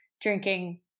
drinking